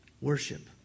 Worship